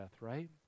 right